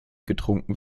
getrunken